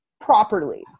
properly